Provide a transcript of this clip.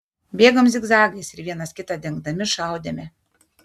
bėgom zigzagais ir vienas kitą dengdami šaudėme